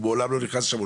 הוא מעולם לא נכנס לשם.